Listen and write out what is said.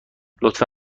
لطفا